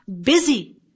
busy